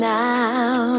now